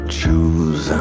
choose